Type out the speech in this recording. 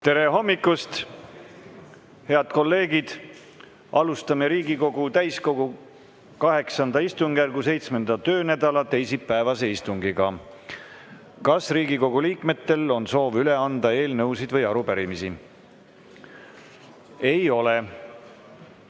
Tere hommikust, head kolleegid! Alustame Riigikogu täiskogu VIII istungjärgu 7. töönädala teisipäevast istungit. Kas Riigikogu liikmetel on soovi üle anda eelnõusid või arupärimisi? Ei ole.